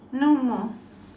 no more